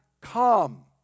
come